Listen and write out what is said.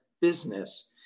business